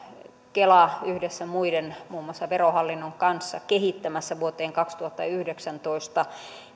kela on yhdessä muiden muun muassa verohallinnon kanssa kehittämässä vuoteen kaksituhattayhdeksäntoista